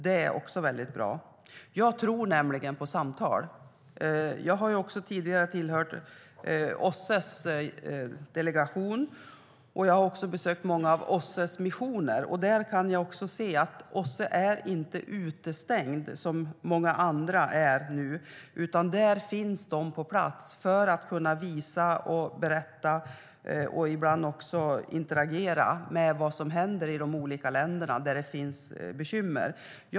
Det är också väldigt bra. Jag tror nämligen på samtal. Jag har tidigare tillhört OSSE:s delegation, och jag har besökt många av OSSE:s missioner. OSSE är inte utestängt som många andra, utan OSSE finns på plats för att kunna visa och ibland interagera med det som händer i de olika länderna där det finns bekymmer.